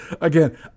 Again